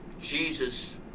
Jesus